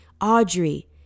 Audrey